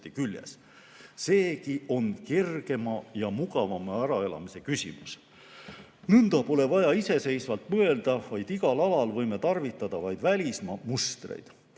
Seegi on kergema ja mugavama äraelamise küsimus. Nõnda pole vaja iseseisvalt mõ[t]elda ..., vaid igal alal võime tarvitada vaid välismaa mustreid